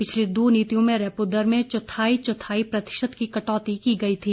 पिछले दो नीतियों में रेपो दर में चौथाई चौथाई प्रतिशत की कटौती की गई थी